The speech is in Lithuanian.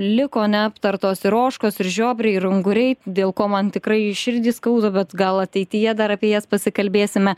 liko neaptartos ir ožkos ir žiobriai ir unguriai dėl ko man tikrai širdį skauda bet gal ateityje dar apie jas pasikalbėsime